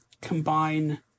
combine